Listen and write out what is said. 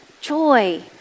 joy